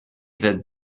that